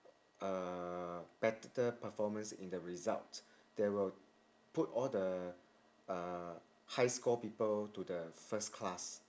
uh better performance in the result they will put all the uh high score people to the first class